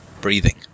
breathing